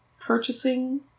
purchasing